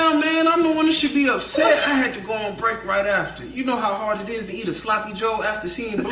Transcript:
um man. i'm the one that should be upset. i had to go on break right after. you know how hard it is to eat a sloppy joe after seeing